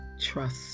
trust